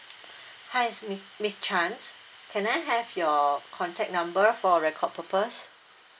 hi miss miss chan can I have your contact number for record purpose